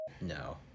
No